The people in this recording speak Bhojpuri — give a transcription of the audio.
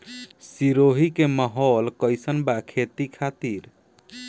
सिरोही के माहौल कईसन बा खेती खातिर?